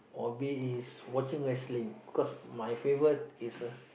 hobby is watching wrestling because my favourite is uh